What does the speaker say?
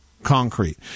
concrete